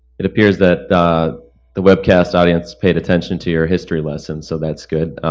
it appears that the webcast audience paid attention to your history lesson so that's good.